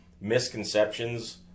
misconceptions